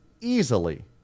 easily